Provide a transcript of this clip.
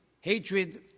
hatred